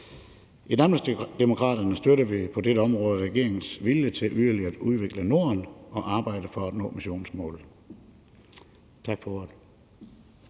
I Danmarksdemokraterne støtter vi på dette område regeringens vilje til yderligere at udvikle Norden og arbejde for at nå emissionsmålet. Tak for ordet.